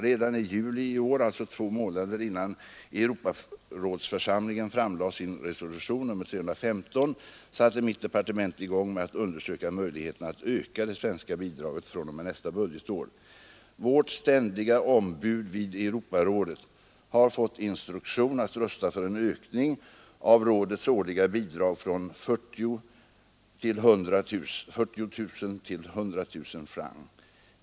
Redan i juli i år — alltså två månader innan Europarådsförsamlingen framlade sin resolution nr 315 — satte mitt departement i gång med att undersöka möjligheterna att öka det svenska bidraget fr.o.m. nästa budgetår. Vårt ständiga ombud vid Europarådet har fått instruktion att rösta för en ökning av Europarådets årliga bidrag från 40 000 till 100 000 franc.